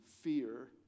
fear